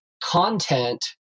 content